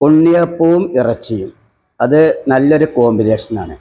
ഉണ്ണിയപ്പവും ഇറച്ചിയും അത് നല്ലൊരു കോമ്പിനേഷൻ ആണ്